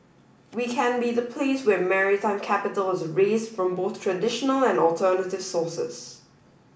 we can be the place where maritime capital is raised from both traditional and alternative sources